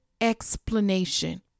explanation